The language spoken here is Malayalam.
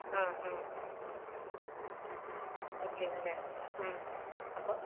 ആ ആ വെച്ചഴിഞ്ഞല്ലേ അപ്പം